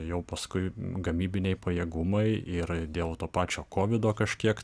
jau paskui gamybiniai pajėgumai ir dėl to pačio kovido kažkiek